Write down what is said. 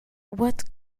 what